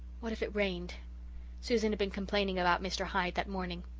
what if it rained susan had been complaining about mr. hyde that morning!